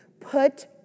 put